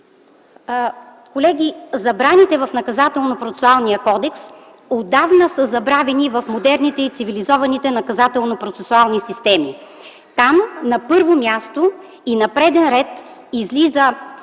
кодекс отдавна са забравени в модерните и цивилизованите наказателно-процесуални системи. Там, на първо място и на преден ред, излиза